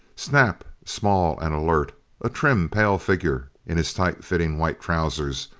snap small and alert a trim, pale figure in his tight-fitting white trousers,